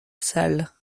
salle